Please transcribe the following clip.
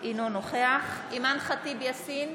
אינו נוכח אימאן ח'טיב יאסין,